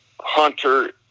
hunter